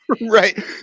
Right